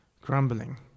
Grumbling